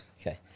okay